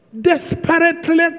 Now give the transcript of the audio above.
desperately